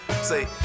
Say